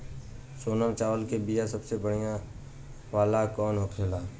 सोनम चावल के बीया सबसे बढ़िया वाला कौन होखेला?